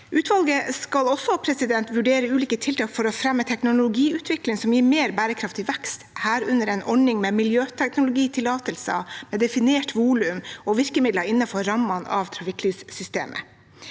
Utvalget skal også vurdere ulike tiltak for å fremme teknologiutvikling som gir mer bærekraftig vekst, herunder en ordning med miljøteknologitillatelser med definert volum og virkemidler innenfor rammene av trafikklyssystemet.